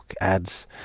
ads